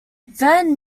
van